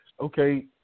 okay